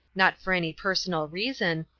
not for any personal reason,